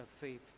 faith